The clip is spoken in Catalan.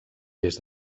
des